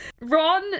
Ron